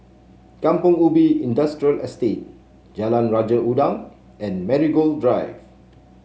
Kampong Ubi Industrial Estate Jalan Raja Udang and Marigold Drive